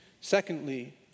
Secondly